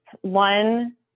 one